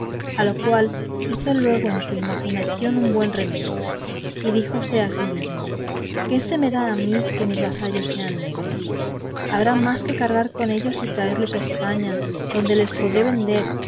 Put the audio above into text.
a lo cual hizo luego en su imaginación un buen remedio y díjose a sí mismo qué se me da a mí que mis vasallos sean negros habrá más que cargar con ellos y traerlos a españa donde los podré vender